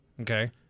Okay